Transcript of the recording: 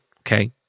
Okay